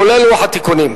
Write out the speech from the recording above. כולל לוח התיקונים.